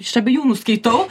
iš abiejų nuskaitau